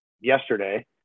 yesterday